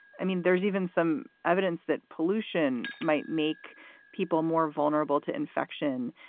i mean, there's even some evidence that pollution might make people more vulnerable to infection.